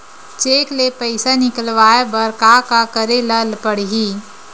Cheque ले पईसा निकलवाय बर का का करे ल पड़हि?